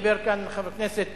דיבר כאן חבר הכנסת